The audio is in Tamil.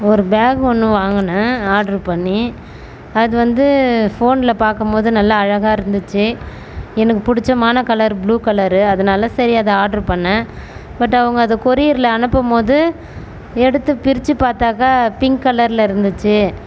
ஒரு பேக் ஒன்று வாங்கினேன் ஆட்ரு பண்ணி அது வந்து ஃபோனில் பார்க்கும் போது நல்லா அழகாக இருந்துச்சு எனக்கு பிடிச்சமான கலரு ப்ளூ கலரு அதனாலே சரி அதை ஆட்ரு பண்ணிணேன் பட் அவங்கள் அதை கொரியரில் அனுப்பும் போது எடுத்து பிரிச்சு பார்த்தாக்கா பிங்க் கலரில் இருந்துச்சு